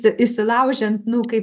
įsilaužiant nu kaip